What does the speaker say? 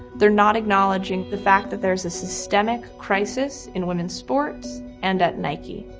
they're not acknowledging the fact that there is a systemic crisis in women's sports and at nike,